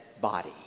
body